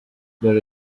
there